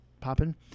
popping